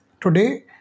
Today